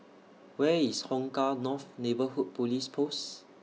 Where IS Hong Kah North Neighbourhood Police Post